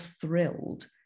thrilled